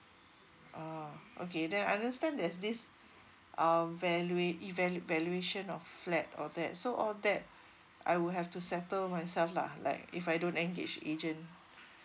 ah okay then I understand there's this um valua~ evaluation of flat all that so all that I would have to settle myself lah like if I don't engage agent